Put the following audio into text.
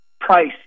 price